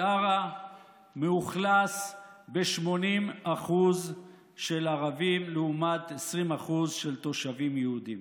עארה מאוכלס ב-80% ערבים לעומת 20% תושבים יהודים.